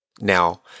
Now